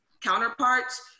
counterparts